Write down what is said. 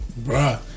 Bruh